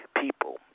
people